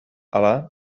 ala